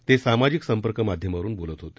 ते सामाजिक संपर्क माध्यमावरून बोलत होते